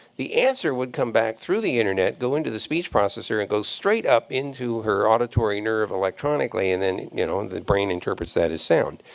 the answer would come back through the internet, go into the speech processor and go straight up into her auditory nerve electronically and then, you know, and the brain interprets that as sound.